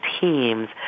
teams